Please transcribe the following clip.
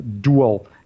dual